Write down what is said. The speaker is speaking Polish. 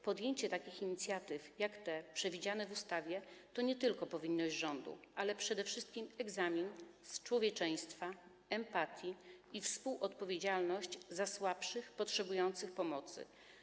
Podjęcie takich inicjatyw, jak te przewidziane w ustawie, to nie tylko powinność rządu, ale przede wszystkim egzamin z człowieczeństwa, empatii i współodpowiedzialność za słabszych, potrzebujących pomocy.